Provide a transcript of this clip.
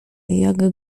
jak